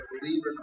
believers